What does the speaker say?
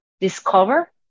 discover